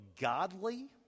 godly